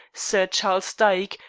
sir charles dyke,